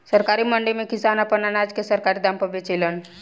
सरकारी मंडी में किसान आपन अनाज के सरकारी दाम पर बेचेलन